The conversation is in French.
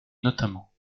notamment